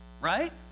Right